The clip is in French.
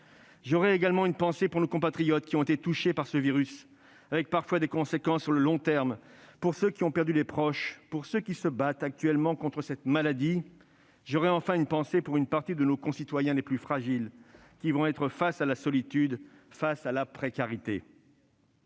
J'aurai également une pensée pour nos compatriotes qui ont été touchés par ce virus, avec parfois des conséquences sur le long terme, pour ceux qui ont perdu des proches, pour ceux qui se battent actuellement contre cette maladie. J'aurai enfin une pensée pour une partie de nos concitoyens les plus fragiles, qui vont être confrontés à la solitude et la précarité.